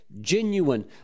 genuine